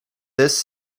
this